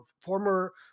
former